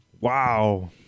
Wow